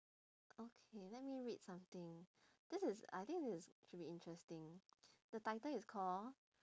okay let me read something this is I think this is should be interesting the title is call